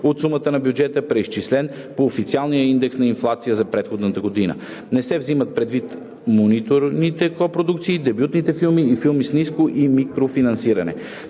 от сумата на бюджета, преизчислен по официалния индекс на инфлация за предходната година. Не се взимат предвид миноритарните копродукции, дебютните филми и филмите с ниско и микрофинансиране.